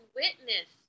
witness